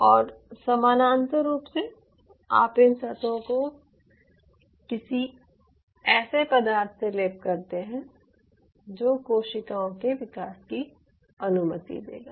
और समानांतर रूप से आप इन सतहों को किसी ऐसे पदार्थ से लेप करते हैं जो कोशिकाओं के विकास की अनुमति देगा